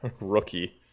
rookie